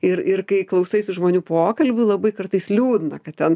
ir ir kai klausaisi žmonių pokalbių labai kartais liūdna kad ten